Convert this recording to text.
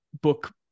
book